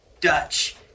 Dutch